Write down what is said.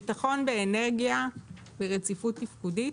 ביטחון באנרגיה ורציפות תפקודית,